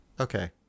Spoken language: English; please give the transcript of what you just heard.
Okay